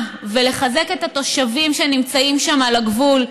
ולחזק את התושבים שנמצאים שם על הגבול.